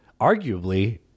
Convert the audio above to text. arguably